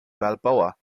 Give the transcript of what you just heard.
balboa